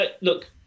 Look